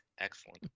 excellent